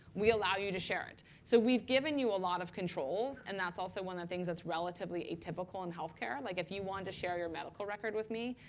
we allow you to share it. so we've given you a lot of controls. and that's also one of the things that's relatively atypical in health care. like, if you wanted to share your medical record with me,